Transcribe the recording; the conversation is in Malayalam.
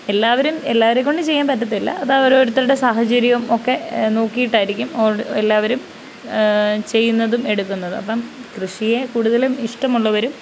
എല്ലാവരും എല്ലാരെയും കൊണ്ടും ചെയ്യാൻ പറ്റത്തില്ല അത് ഓരോരുത്തരുടെ സാഹചര്യവും ഒക്കെ നോക്കിയിട്ടായിരിക്കും ഓട് എല്ലാവരും ചെയ്യുന്നതും എടുക്കുന്നതും അപ്പം കൃഷിയെ കൂടുതലും ഇഷ്ടമുള്ളവരും